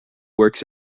works